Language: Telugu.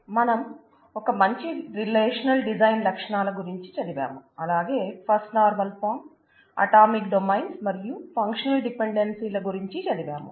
మనం ఒక మంచి రిలేషనల్ డిజైన్ లక్షణాల గురించి చదివాం